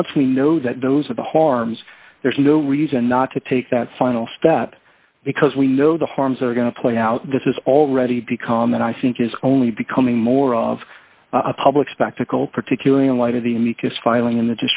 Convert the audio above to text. once we know that those are the harms there's no reason not to take that final step because we know the harms are going to play out this is already become and i think is only becoming more of a public spectacle particularly in light of the amicus filing in the